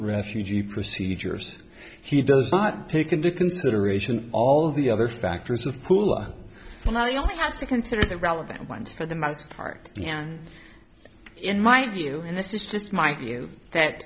refugee procedures he does not take into consideration all the other factors of houla and i only have to consider the relevant ones for the most part again in my view and this is just my view that